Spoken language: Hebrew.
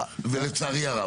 ולצערי הרב,